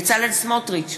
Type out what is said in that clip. בצלאל סמוטריץ,